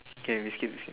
kay we skip skip